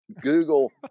Google –